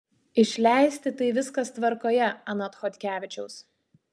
išleisti tai viskas tvarkoje anot chodkevičiaus